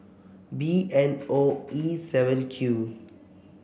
B N O E seven Q